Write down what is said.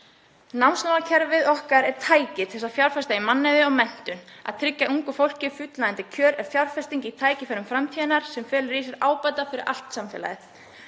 Námslánakerfið okkar er tæki til að fjárfesta í mannauði og menntun, að tryggja ungu fólki fullnægjandi kjör er fjárfesting í tækifærum framtíðarinnar sem felur í sér ábata fyrir allt samfélagið.